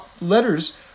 letters